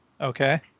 Okay